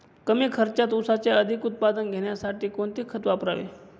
कमी खर्चात ऊसाचे अधिक उत्पादन घेण्यासाठी कोणते खत वापरावे?